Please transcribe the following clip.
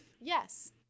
Yes